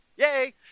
Yay